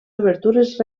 obertures